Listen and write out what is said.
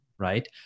right